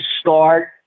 start